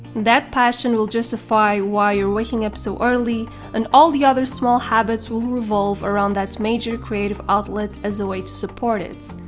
that passion will justify why you're waking up so early and all the other small habits will revolve around that major creative outlet as a way to support it.